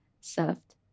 served